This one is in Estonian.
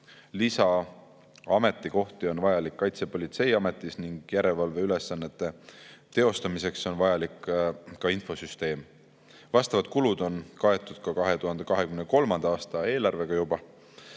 lisaametikohti on vaja luua Kaitsepolitseiametis ning järelevalveülesannete teostamiseks on vajalik ka infosüsteem. Vastavad kulud on kaetud juba ka 2023. aasta eelarvest.